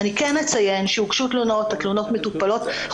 אני כן אציין שהוגשו תלונות והתלונות מטופלות.